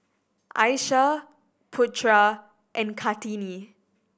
Aishah Putra and Kartini